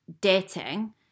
dating